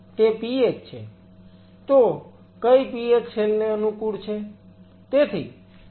તો કઈ pH cell ને અનુકૂળ છે